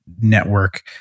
network